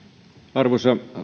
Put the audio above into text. arvoisa